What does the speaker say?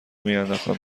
میانداختند